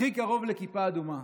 הכי קרוב לכיפה אדומה.